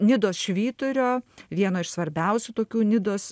nidos švyturio vieno iš svarbiausių tokių nidos